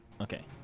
okay